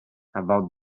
about